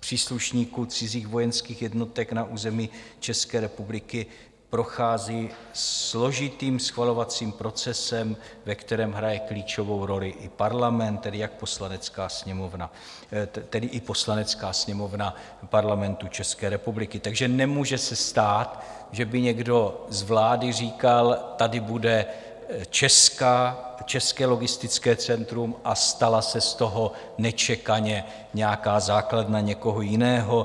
příslušníků cizích vojenských jednotek na území České republiky prochází složitým schvalovacím procesem, ve kterém hraje klíčovou roli i parlament, tedy i Poslanecká sněmovna Parlamentu České republiky, takže nemůže se stát, že by někdo z vlády říkal: Tady bude české logistické centrum, a stala se z toho nečekaně nějaká základna někoho jiného.